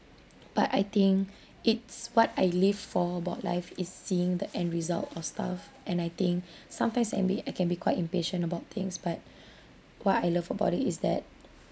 but I think it's what I live for about life is seeing the end result of stuff and I think sometimes and be I can be quite impatient about things but what I love about it is that